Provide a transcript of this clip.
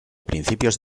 principios